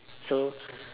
so